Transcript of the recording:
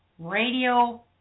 radio